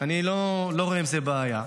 אני לא רואה עם זה בעיה.